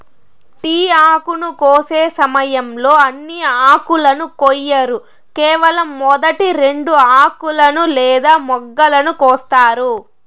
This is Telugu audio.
టీ ఆకును కోసే సమయంలో అన్ని ఆకులను కొయ్యరు కేవలం మొదటి రెండు ఆకులను లేదా మొగ్గలను కోస్తారు